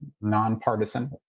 non-partisan